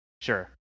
Sure